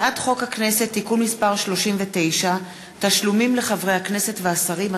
הצעת חוק הכנסת (תיקון מס' 39) (תשלומים לחברי הכנסת ולשרים),